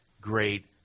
great